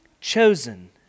chosen